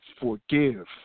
forgive